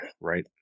right